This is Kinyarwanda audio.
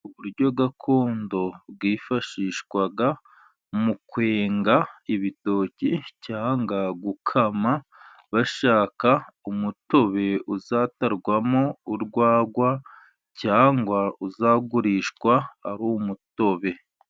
Uburyo gakondo bwifashishwaga mu kwenga ibitoki, cyangwa gukama bashaka umutobe uzatarwamo urwagwa, cyangwa uzagurishwa ari umutobe.